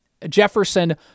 Jefferson